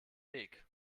weg